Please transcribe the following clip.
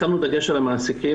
שמנו דגש על המעסיקים,